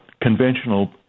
conventional